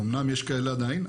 אמנם יש כאלה עדיין,